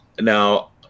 now